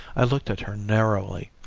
i looked at her narrowly.